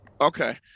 okay